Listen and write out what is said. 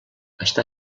està